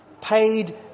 paid